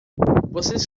vocês